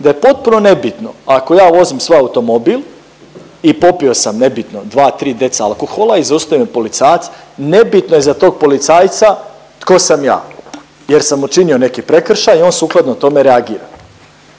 da je potpuno nebitno ako ja vozim svoj automobil i popio sam nebitno dva, tri deci alkohola i zaustavi me policajac. Nebitno je za tog policajca tko sam ja, jer sam učinio neki prekršaj i on sukladno tome reagira.